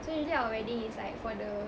so usually our wedding is like for the